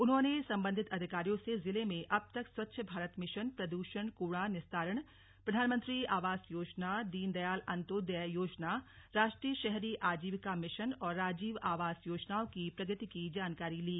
उन्होंने सम्बन्धित अधिकारियों से जिले में अब तक स्वच्छ भारत मिशन प्रदूषण कूड़ा निस्तारण प्रधानमंत्री आवास योजना दीनदयाल अन्त्योदय योजना राष्ट्रीय शहरी आजीविका मिशन और राजीव आवास योजनाओं की प्रगति की जानकारी ली